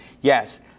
yes